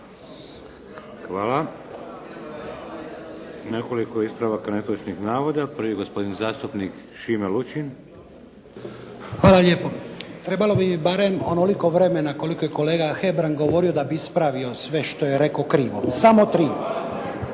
Hvala. Nekoliko ispravaka netočnih navoda. Prvi, gospodin zastupnik Šime Lučin. **Lučin, Šime (SDP)** Hvala lijepo. Trebalo bi barem onoliko vremena koliko je kolega Hebrang govorio da bih ispravio sve što je rekao krivo. Samo 3.